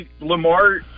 Lamar